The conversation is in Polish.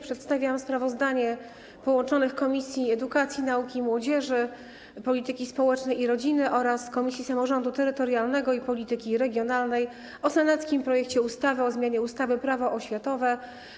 Przedstawiam sprawozdanie połączonych komisji: Komisji Edukacji, Nauki i Młodzieży, Komisji Polityki Społecznej i Rodziny oraz Komisji Samorządu Terytorialnego i Polityki Regionalnej o senackim projekcie ustawy o zmianie ustawy Prawo oświatowe.